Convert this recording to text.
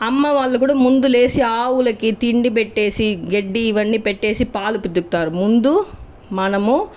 అమ్మవాళ్ళు కూడా ముందు లేచీ ఆవులకు తిండి పెట్టేసి గడ్డి ఇవన్ని పెట్టి పాలు పితుకుతారు ముందు మనము